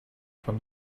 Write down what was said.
from